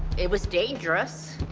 it was dangerous,